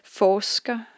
forsker